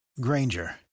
Granger